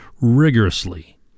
rigorously